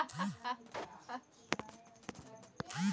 तेलहन फसल के कटाई के बाद भंडारण के सही तरीका की छल?